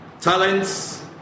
talents